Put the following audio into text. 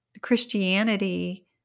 christianity